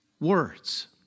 words